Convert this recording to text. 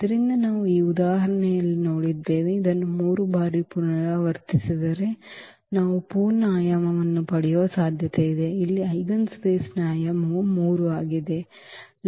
ಆದ್ದರಿಂದ ನಾವು ಈ ಉದಾಹರಣೆಯಲ್ಲಿ ನೋಡಿದ್ದೇವೆ ಇದನ್ನು 3 ಬಾರಿ ಪುನರಾವರ್ತಿಸಿದರೆ ನಾವು ಪೂರ್ಣ ಆಯಾಮವನ್ನು ಪಡೆಯುವ ಸಾಧ್ಯತೆಯಿದೆ ಇಲ್ಲಿ ಐಜೆನ್ಸ್ಪೇಸ್ನ ಆಯಾಮವು 3 ಆಗಿದೆ